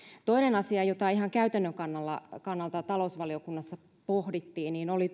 toinen asia jota ihan käytännön kannalta kannalta talousvaliokunnassa pohdittiin oli